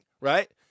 right